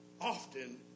often